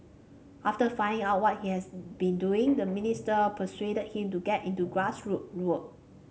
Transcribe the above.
after finding out what he has been doing the minister persuaded him to get into grassroots work